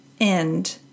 end